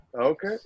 Okay